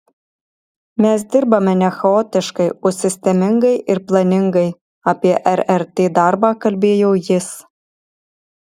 mes dirbame ne chaotiškai o sistemingai ir planingai apie rrt darbą kalbėjo jis